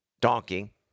donkey